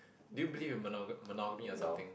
do you believe in mono~ monogamy or something